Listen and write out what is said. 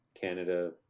Canada